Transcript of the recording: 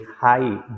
high